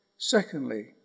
Secondly